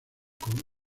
con